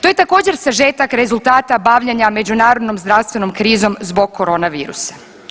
To je također sažetak rezultata bavljenja međunarodnom zdravstvenom krizom zbog koronavirusa.